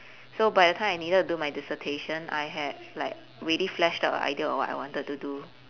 so by the time I needed to do my dissertation I had like really fleshed out a idea of what I wanted to do